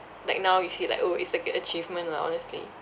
like now you feel like orh it's like your achievement lah honestly